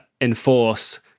enforce